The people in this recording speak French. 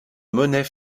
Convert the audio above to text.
monnaie